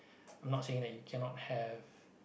I'm not saying that you cannot have